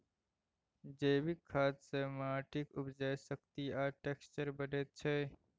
जैबिक खाद सँ माटिक उपजाउ शक्ति आ टैक्सचर बढ़ैत छै